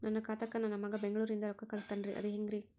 ನನ್ನ ಖಾತಾಕ್ಕ ನನ್ನ ಮಗಾ ಬೆಂಗಳೂರನಿಂದ ರೊಕ್ಕ ಕಳಸ್ತಾನ್ರಿ ಅದ ಹೆಂಗ್ರಿ?